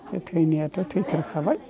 दा थैनायाथ' थैथारखाबाय